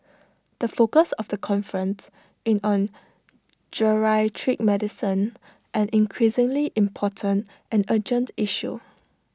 the focus of the conference is on geriatric medicine an increasingly important and urgent issue